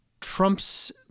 trumps